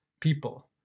people